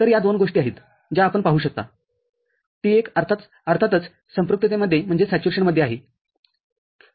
तर या दोन गोष्टी आहेत ज्या आपण पाहू शकता T१अर्थातच संपृक्ततेमध्ये आहे